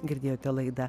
girdėjote laidą